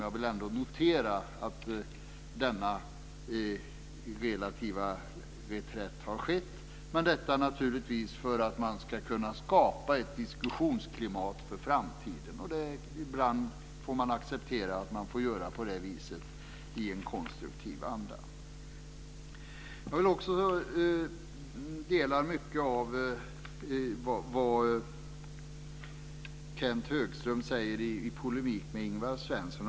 Jag vill ändå notera att denna relativa reträtt har skett, men den har naturligtvis skett för att man ska kunna skapa ett diskussionsklimat för framtiden. Ibland får man acceptera att man får göra på det viset i en konstruktiv anda. Jag vill också säga att jag delar många av de åsikter Kenth Högström kommer med i polemik med Ingvar Svensson.